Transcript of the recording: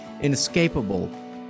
inescapable